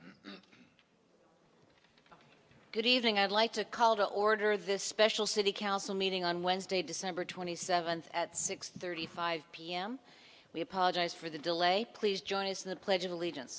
is good evening i'd like to call to order this special city council meeting on wednesday december twenty seventh at six thirty five pm we apologize for the delay please join us in the pledge of allegiance